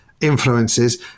influences